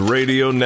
Radio